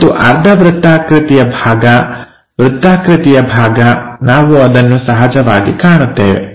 ಮತ್ತು ಅರ್ಧವೃತ್ತಾಕೃತಿಯ ಭಾಗ ವೃತ್ತಾಕೃತಿಯ ಭಾಗ ನಾವು ಅದನ್ನು ಸಹಜವಾಗಿ ಕಾಣುತ್ತೇವೆ